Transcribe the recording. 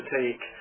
take